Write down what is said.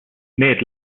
need